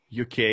uk